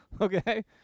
Okay